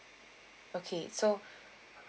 okay so